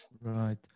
Right